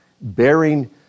bearing